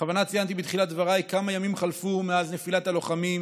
בכוונה ציינתי בתחילת דבריי כמה ימים חלפו מאז נפילת הלוחמים,